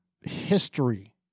history